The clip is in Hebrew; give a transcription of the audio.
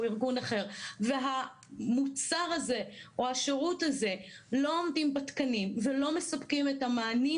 ארגון אחר והמוצר או השירות הזה לא עומדים בתקנים ולא עומדים במענים,